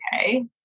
okay